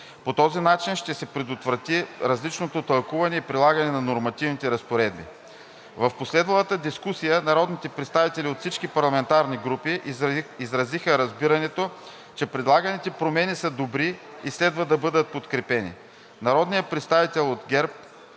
По този начин ще се предотврати различното тълкуване и прилагане на нормативните разпоредби. В последвалата дискусия народните представители от всички парламентарни групи изразиха разбирането, че предлаганите промени са добри и следва да бъдат подкрепени. Народният представител от ГЕРБ-СДС